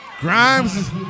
Grimes